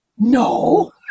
no